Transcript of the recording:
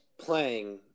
playing